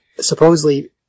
supposedly